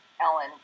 Ellen